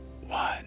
One